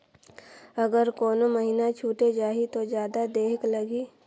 अगर कोनो महीना छुटे जाही तो जादा देहेक लगही?